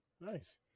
nice